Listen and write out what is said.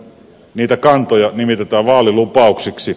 niitä kantoja nimitetään vaalilupauksiksi